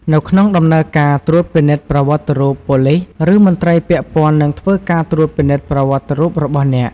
នៅក្នុងដំណើរការត្រួតពិនិត្យប្រវត្តិរូបប៉ូលីស ឬមន្ត្រីពាក់ព័ន្ធនឹងធ្វើការត្រួតពិនិត្យប្រវត្តិរូបរបស់អ្នក។